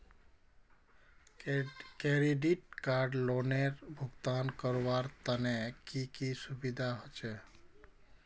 Credit card लोनेर भुगतान करवार तने की की सुविधा होचे??